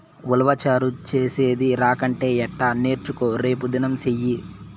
ఉలవచారు చేసేది రాకంటే ఎట్టా నేర్చుకో రేపుదినం సెయ్యి